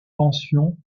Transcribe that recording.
pension